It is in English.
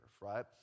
right